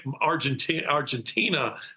Argentina